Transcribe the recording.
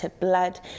blood